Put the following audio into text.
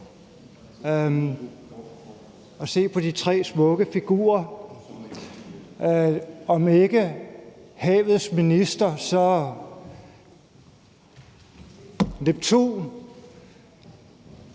og se på de tre smukke figurer – om ikke havets minister, så er det